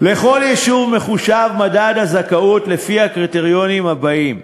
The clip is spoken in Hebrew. לכל יישוב מחושב מדד הזכאות לפי הקריטריונים הבאים: